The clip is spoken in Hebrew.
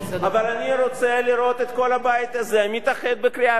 אבל אני רוצה לראות את כל הבית הזה מתאחד בקריאה.